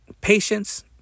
Patience